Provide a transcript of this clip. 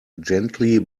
gently